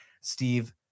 Steve